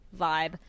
vibe